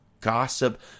Gossip